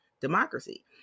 democracy